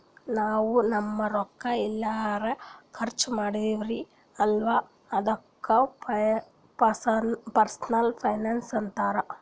ನಾವ್ ನಮ್ದು ರೊಕ್ಕಾ ಎಲ್ಲರೆ ಖರ್ಚ ಮಾಡ್ತಿವಿ ಅಲ್ಲ ಅದುಕ್ನು ಪರ್ಸನಲ್ ಫೈನಾನ್ಸ್ ಅಂತಾರ್